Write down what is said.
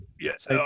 yes